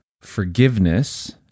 Forgiveness